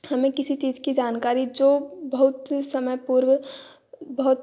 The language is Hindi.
हमें किसी चीज़ की जानकारी जो बहुत समय पूर्व बहुत